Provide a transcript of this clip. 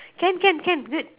can can can good